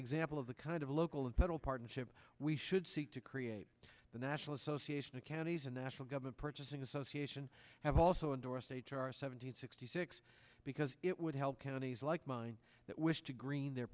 example of the kind of local and federal partnership we should seek to create the national association of counties and the national government purchasing association have also endorsed h r seven hundred sixty six because it would help counties like mine that wish to green the